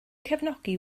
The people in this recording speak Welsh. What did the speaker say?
cefnogi